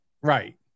Right